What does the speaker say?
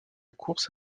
course